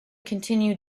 continue